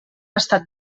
estat